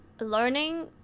learning